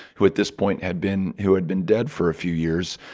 who at this point had been who had been dead for a few years,